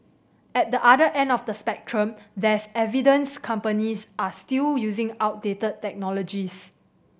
at the other end of the spectrum there's evidence companies are still using outdated technologies